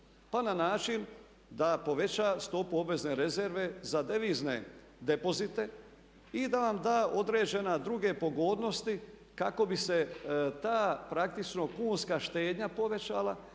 Pa na način da poveća stopu obvezne rezerve za devizne depozite i da vam da određene druge pogodnosti kako bi se ta praktično kunska štednja povećala,